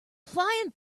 flying